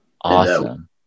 Awesome